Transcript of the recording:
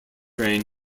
reign